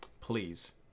Please